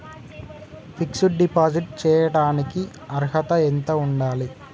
Fix డ్ deposit చేయటానికి అర్హత ఎంత ఉండాలి?